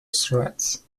threats